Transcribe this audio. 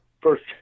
first